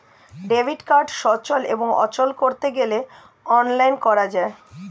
debit card সচল এবং অচল করতে গেলে অনলাইন করা যায়